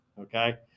okay